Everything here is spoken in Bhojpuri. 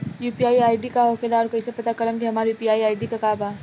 यू.पी.आई आई.डी का होखेला और कईसे पता करम की हमार यू.पी.आई आई.डी का बा?